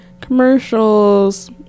commercials